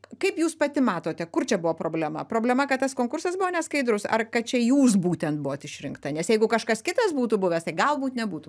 kaip jūs pati matote kur čia buvo problema problema kad tas konkursas buvo neskaidrus ar kad čia jūs būtent buvot išrinkta nes jeigu kažkas kitas būtų buvęs tai galbūt nebūtų